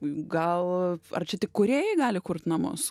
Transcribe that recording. gal ar čia tik kūrėjai gali kurt namus